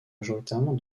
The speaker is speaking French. majoritairement